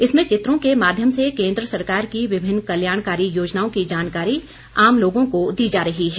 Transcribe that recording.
इसमें चित्रों के माध्यम से केंद्र सरकार की विभिन्न कल्याणकारी योजनाओं की जानकारी आम लोगों को दी जा रही है